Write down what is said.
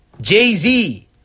Jay-Z